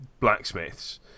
blacksmiths